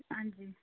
हां जी